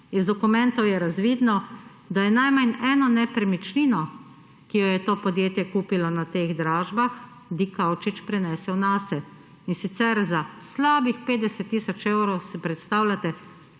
Iz dokumentov je razvidno, da je najmanj eno nepremičnino, ki jo je to podjetje kupilo na teh dražbah, Dikaučič prenesel nase, in sicer za slabih 50 tisoč evrov, si predstavljate,